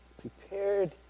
prepared